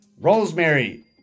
rosemary